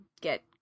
get